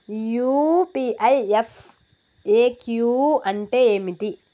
UPI FAQ అంటే ఏమిటి?